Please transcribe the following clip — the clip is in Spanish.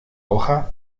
hoja